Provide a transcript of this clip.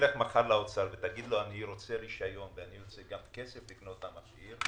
תלך לאוצר ותגיד לו אני רוצה רישיון ואני רוצה גם כסף לקנות את המכשיר,